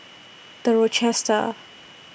The Rochester